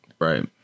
Right